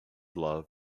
love